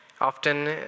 Often